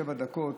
שבע דקות.